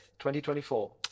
2024